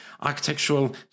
architectural